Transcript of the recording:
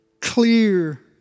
clear